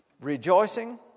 Rejoicing